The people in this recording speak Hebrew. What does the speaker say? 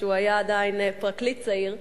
כשהוא היה עדיין פרקליט צעיר,